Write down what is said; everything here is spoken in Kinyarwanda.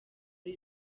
uri